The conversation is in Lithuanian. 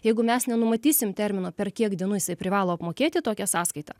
jeigu mes nenumatysim termino per kiek dienų jisai privalo apmokėti tokią sąskaitą